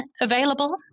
available